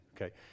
okay